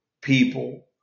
people